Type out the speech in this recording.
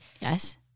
Yes